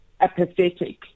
apathetic